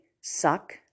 suck